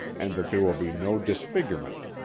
and that there will be no disfigurement.